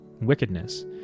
wickedness